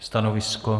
Stanovisko?